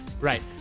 Right